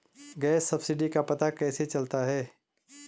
Gas subsidy का पता कैसे चलता है?